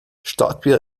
starkbier